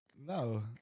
No